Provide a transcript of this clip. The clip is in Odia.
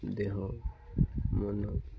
ଦେହ ମନ